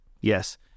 Yes